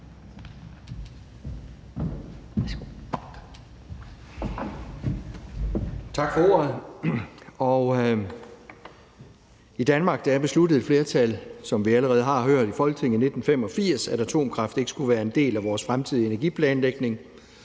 Tak for ordet. I Danmark besluttede et flertal i Folketinget i 1985, som vi allerede har hørt, at atomkraft ikke skulle være en del af vores fremtidige energiplanlægning,